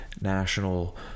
National